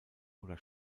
oder